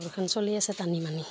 ঘৰখন চলি আছে টানি মানি